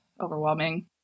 overwhelming